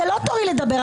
זה לא תורי לדבר.